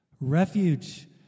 refuge